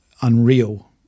unreal